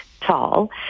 tall